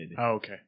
Okay